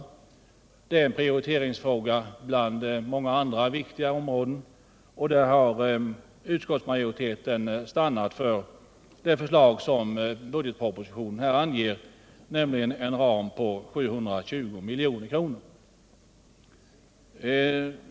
Här är det fråga om en prioritering bland många andra viktiga områden, och utskottets majoritet har stannat för budgetpropositionens förslag, nämligen en ram på 720 milj.kr.